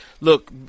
look